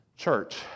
Church